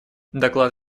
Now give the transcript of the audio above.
доклад